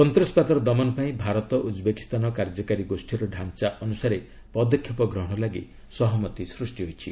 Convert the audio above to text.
ସନ୍ତାସବାଦର ଦମନ ପାଇଁ ଭାରତ ଉଜ୍ବେକିସ୍ତାନ କାର୍ଯ୍ୟକାରୀ ଗୋଷ୍ଠୀର ଡ଼ାଞ୍ଚା ଅନୁସାରେ ପଦକ୍ଷେପ ଗ୍ରହଣ ଲାଗି ସହମତି ସୃଷ୍ଟି ହୋଇଛି